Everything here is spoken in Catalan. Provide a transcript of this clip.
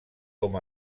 com